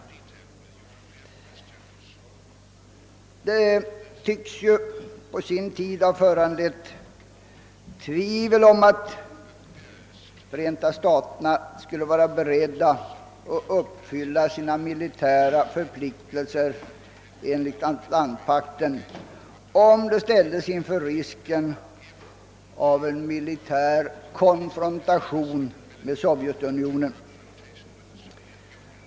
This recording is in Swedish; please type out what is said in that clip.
Detta tycks på sina håll ha föranlett tvivel om att man i Förenta staterna skulle vara beredd att uppfylla sina militära förpliktelser enligt Atlantpakten, om det ställdes inför risken av en militär konfrontation med Sovjetunionen.